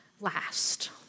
last